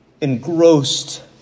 engrossed